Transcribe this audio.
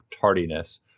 tardiness